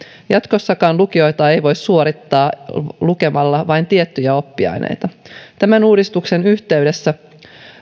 jatkossakaan lukiota ei voi suorittaa lukemalla vain tiettyjä oppiaineita tämän uudistuksen yhteydessä